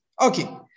Okay